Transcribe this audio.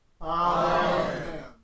Amen